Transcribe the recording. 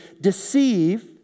deceive